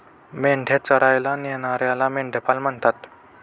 मेंढ्या चरायला नेणाऱ्याला मेंढपाळ म्हणतात